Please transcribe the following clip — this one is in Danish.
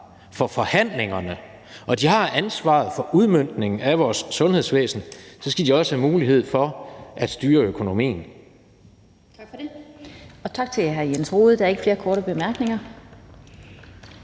for forhandlingerne og de har ansvaret for udmøntningen af vores sundhedsvæsen, så skal de også have mulighed for at styre økonomien.